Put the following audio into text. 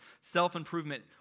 self-improvement